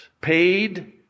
paid